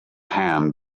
hand